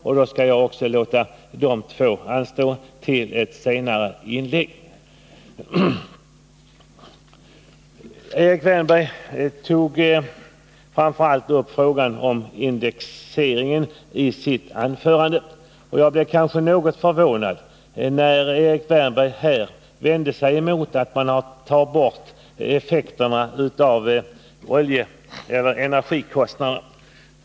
Därför skall jag låta dessa två reservationer anstårtill ett senare inlägg. Erik Wärnberg tog i sitt anförande framför allt upp frågan om indexregleringen. Jag blev kanske något förvånad när Erik Wärnberg här vände sig mot att man tar bort effekterna av energikostnaderna.